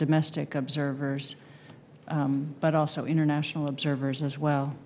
domestic observers but also international observers as well